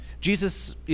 Jesus